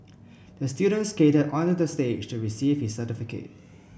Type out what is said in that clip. the student skated onto the stage to receive his certificate